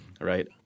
right